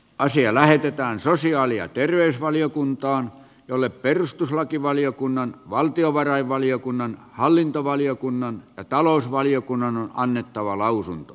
asia lähetetään sosiaali ja terveysvaliokuntaan jolle perustuslakivaliokunnan valtiovarainvaliokunnan hallintovaliokunnan talousvaliokunnan on annettava lausunto